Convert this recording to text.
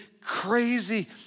crazy